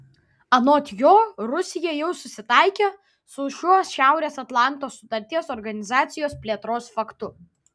anot jo rusija jau susitaikė su šiuo šiaurės atlanto sutarties organizacijos plėtros faktu